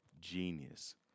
genius